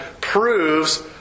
proves